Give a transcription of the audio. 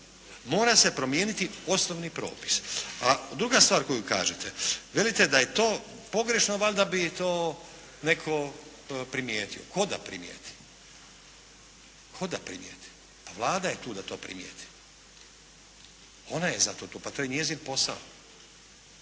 Mora se promijeniti osnovni propis. A druga stvar koju kažete, velite da je to pogrešno valjda bi to netko primijetio. Tko da primijeti? Pa Vlada je tu da to primijeti. Ona je za to tu, to je njezin posao.